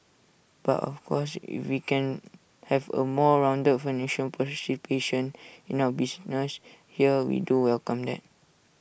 but of course if we can have A more rounded financial participation in our business here we do welcome that